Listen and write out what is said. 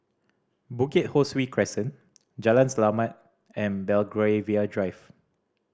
Hukit Ho Swee Crescent Jalan Selamat and Belgravia Drive